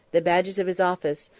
the badges of his office,